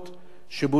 שבוצעו